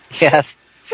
Yes